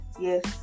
Yes